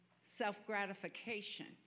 self-gratification